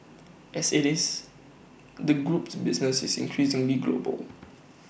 as IT is the group's business is increasingly global